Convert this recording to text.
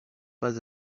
pas